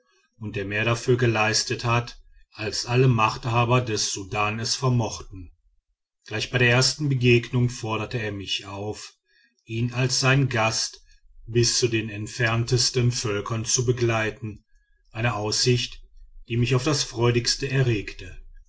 und der mehr dafür geleistet hat als alle machthaber des sudan es vermochten gleich bei der ersten begegnung forderte er mich auf ihn als sein gast bis zu den entferntesten völkern zu begleiten eine aussicht die mich auf das freudigste erregte